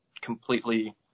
completely